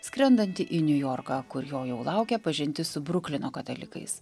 skrendantį į niujorką kur jo jau laukia pažintis su bruklino katalikais